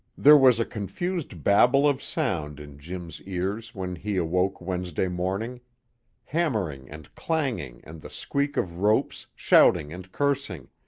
there was a confused babel of sound in jim's ears when he awoke wednesday morning hammering and clanging and the squeak of ropes, shouting and cursing,